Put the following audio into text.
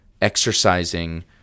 exercising